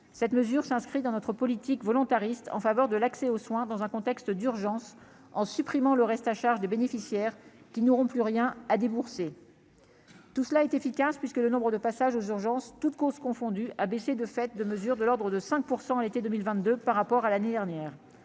cette mesure s'inscrit dans notre politique volontariste en faveur de l'accès aux soins dans un contexte d'urgence en supprimant le reste à charge des bénéficiaires qui n'auront plus rien à débourser, tout cela est efficace, puisque le nombre de passages aux urgences, toutes causes confondues Abéché de fête de mesure de l'ordre de 5 % à l'été 2022 par rapport à l'année dernière,